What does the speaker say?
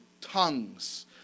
tongues